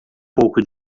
pouco